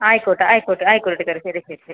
ആയിക്കോട്ടെ ആയിക്കോട്ടെ ആയിക്കോട്ടെ ടീച്ചറെ ശരി ശരി ശരി